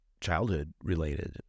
childhood-related